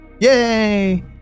Yay